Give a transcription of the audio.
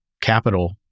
capital